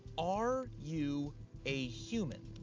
are you a human?